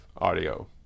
audio